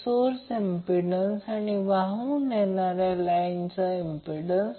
शून्याचा अर्थ त्याच प्रकारे याचा अर्थ असा नाही की सारखेच होईल कारण हे पॅरामीटर्स